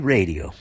Radio